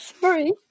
sorry